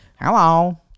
Hello